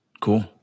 Cool